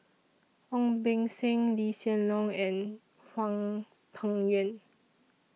Ong Beng Seng Lee Hsien Loong and Hwang Peng Yuan